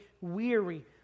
weary